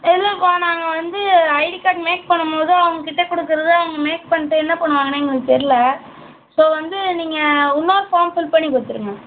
இல்லைப்பா நாங்கள் வந்து ஐடி கார்டு மேக் பண்ணும் போதும் அவங்க கிட்ட கொடுக்கறதும் அவங்க மேக் பண்ணிகிட்டு என்ன பண்ணுவாங்கன்னு எங்களுக்கு தெரியல ஸோ வந்து நீங்கள் இன்னொரு ஃபார்ம் ஃபில் பண்ணி கொடுத்துடுங்க